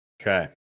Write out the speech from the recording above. Okay